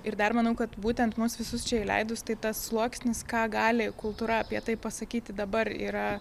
ir dar manau kad būtent mus visus čia įleidus tai tas sluoksnis ką gali kultūra apie tai pasakyti dabar yra